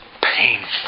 painful